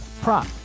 prop